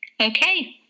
Okay